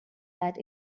that